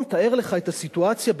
תאר לך את הסיטואציה,